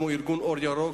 כמו ארגון "אור ירוק",